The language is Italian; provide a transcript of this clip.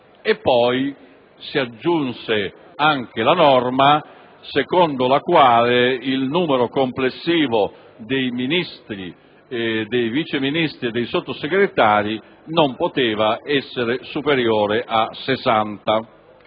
1999. Si aggiunse anche la norma secondo la quale il numero complessivo dei Ministri, dei Vice ministri e dei Sottosegretari non poteva essere superiore a 60.